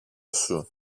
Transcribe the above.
σου